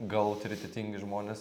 gal autoritetingi žmonės